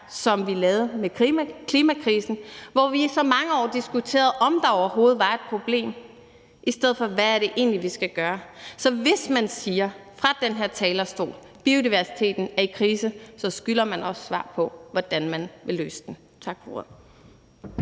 som vi lavede i forhold til klimakrisen, hvor vi i så mange år diskuterede, om der overhovedet var et problem, i stedet for: Hvad er det egentlig, vi skal gøre? Så hvis man siger fra den her talerstol, at biodiversiteten er i krise, skylder man også et svar på, hvordan man vil løse den. Tak for